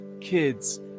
kids